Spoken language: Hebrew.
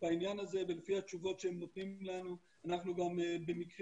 בעניין הזה ולפי התשובות שהם נותנים לנו אנחנו גם במקרים